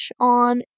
on